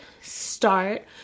start